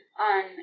on